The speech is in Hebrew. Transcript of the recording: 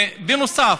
בנוסף,